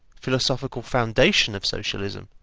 philosophical foundation of socialism,